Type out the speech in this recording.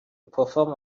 perform